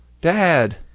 Dad